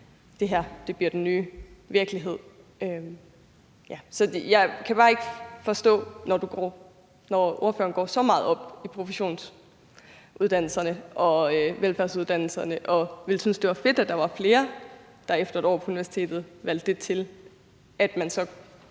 det her bliver den nye virkelighed. Jeg kan bare ikke forstå, når ordføreren går så meget op i professionsuddannelserne og velfærdsuddannelserne og ville synes, at det var fedt, at der var flere, der efter et år på universitetet valgte det til, at man så